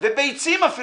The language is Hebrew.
אפילו בביצים,